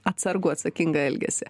atsargų atsakingą elgesį